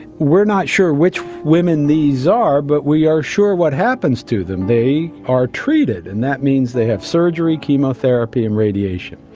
we are not sure which women these are but we are sure what happens to them, they are treated, and that means they have surgery, chemotherapy and radiation,